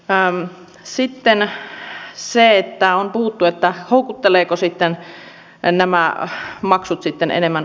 sitten on puhuttu että houkuttelevatko nämä maksut enemmän opiskelijoita